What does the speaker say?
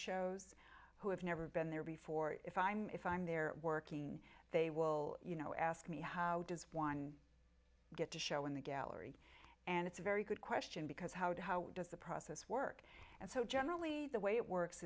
shows who have never been there before if i'm if i'm there working they will you know ask me how does one get to show in the gallery and it's a very good question because how do how does the process work and so generally the way it works